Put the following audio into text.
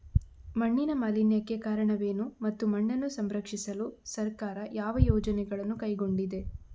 ಮಣ್ಣಿನ ಮಾಲಿನ್ಯಕ್ಕೆ ಕಾರಣವೇನು ಮತ್ತು ಮಣ್ಣನ್ನು ಸಂರಕ್ಷಿಸಲು ಸರ್ಕಾರ ಯಾವ ಯೋಜನೆಗಳನ್ನು ಕೈಗೊಂಡಿದೆ?